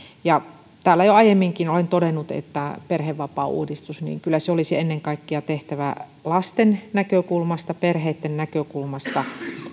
täällä jo aiemminkin olen todennut että perhevapaauudistus kyllä olisi tehtävä ennen kaikkea lasten näkökulmasta perheitten näkökulmasta